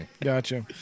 Gotcha